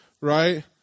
right